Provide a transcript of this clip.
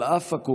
על אף הקורבנות,